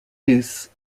loose